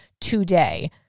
today